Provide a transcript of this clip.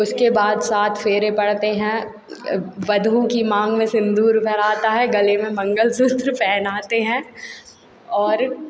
उसके बाद सात फेरे पड़ते हैं वधू की मांग में सिंदूर भराता है गले में मंगलसूत्र पहनाते हैं और